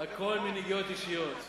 הכול מנגיעות אישיות.